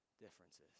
differences